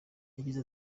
yagize